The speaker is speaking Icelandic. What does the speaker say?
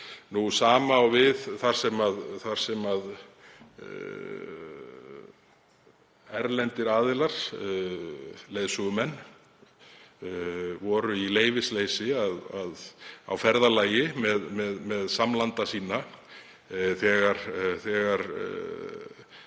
Sama á við þar sem erlendir aðilar, leiðsögumenn, voru í leyfisleysi á ferðalagi með samlanda sína þegar